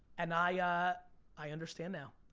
and i ah i understand now.